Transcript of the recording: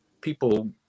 people